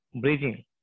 breathing